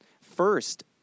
First